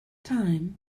time